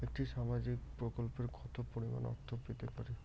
একটি সামাজিক প্রকল্পে কতো পরিমাণ অর্থ পেতে পারি?